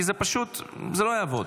כי זה לא יעבוד.